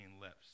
lips